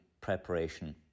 preparation